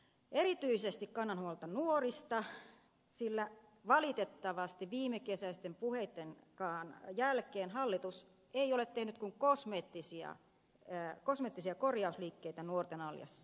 erityisesti kannan huolta nuorista sillä valitettavasti viimekesäisten puheittenkaan jälkeen hallitus ei ole tehnyt kuin kosmeettisia korjausliikkeitä nuorten arjessa